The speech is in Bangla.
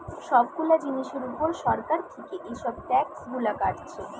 সব গুলা জিনিসের উপর সরকার থিকে এসব ট্যাক্স গুলা কাটছে